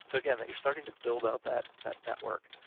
so again, that you're starting to build out that that network.